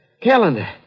Calendar